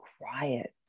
quiet